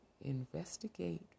investigate